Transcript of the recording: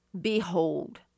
Behold